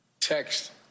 text